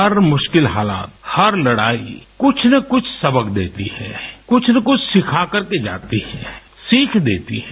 हर मुश्किल हालात हर लड़ाई कुछ न कुछ सबक देती है कुछ न कुछ सिखा करके जाती है सीख देती है